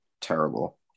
terrible